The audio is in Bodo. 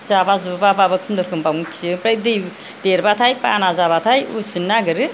जाबा जुबाबाबो खुनुरुखुम बावनो खियो ओमफ्राइ दै देरबाथाय बाना जाबाथाय उसिनो नागिरो